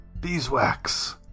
beeswax